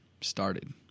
started